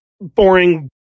boring